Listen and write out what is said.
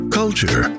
culture